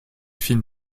film